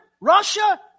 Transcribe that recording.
Russia